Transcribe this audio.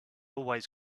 always